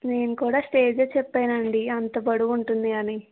నేన్ కూడా స్టేజే చెప్పాను అండి అంత పొడువు ఉంటుందని